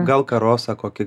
gal karosą kokį